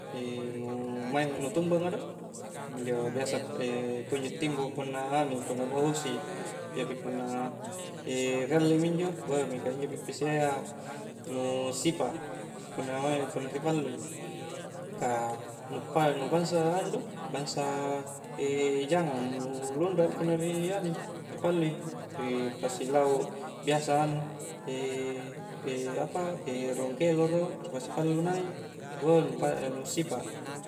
E' nu' maeng nu'tumbanga do' injo' biasa e' kunjo' timbo' punna' nganu'i, punna' bohosi'i jadi punna' e' realle' mi injo', beh mingka injo' pippi'si iya nu' sipa' punna' maeng' punna ri' pallu'i kah nu'uppai' nu bangsa anu' do, bangsa e' jangang' nu' lunra' punna' ri' anu'i ri' pallu'i ri' pasi' lahu' biasa anu' e' apa' e' raung kelero', pasi' pallu' nai', wah nu' pa're nu' sipa'.